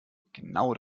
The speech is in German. genau